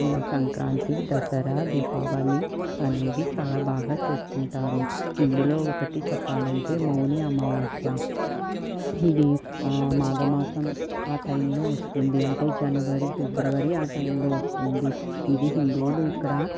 సంక్రాంతి దసరా దీపావళి అనేది చాలా బాగా చేసుకుంటారు ఇందులో ఒకటి చెప్పాలంటే మౌని అమావాస్య ఇది మాఘమాసం ఆ టైంలో వస్తుంది అంటే జనవరి ఫిబ్రవరి ఆ టైంలో వస్తుంది ఇది హిందువులు ఇక్కడ